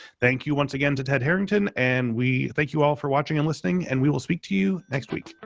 thank you once again to ted harrington, and we thank you all for watching and listening and we will speak to you next week.